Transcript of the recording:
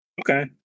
Okay